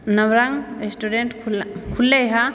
Navrang restaurant खुललै हऽ